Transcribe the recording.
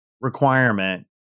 requirement